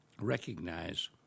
recognize